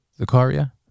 Zakaria